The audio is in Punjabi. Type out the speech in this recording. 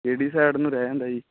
ਕਿਹੜੀ ਸਾਈਡ ਨੂੰ ਰਹਿ ਜਾਂਦਾ ਜੀ